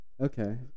Okay